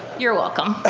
you're welcome.